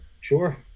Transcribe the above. Sure